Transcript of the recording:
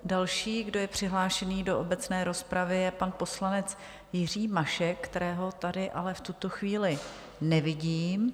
Další, kdo je přihlášený do obecné rozpravy, je pan poslanec Jiří Mašek, kterého tady ale v tuto chvíli nevidím.